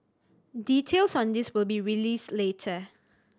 details on this will be released later